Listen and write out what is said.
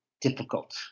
difficult